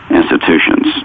institutions